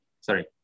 Sorry